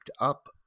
up